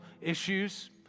issues